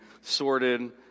sorted